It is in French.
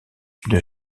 une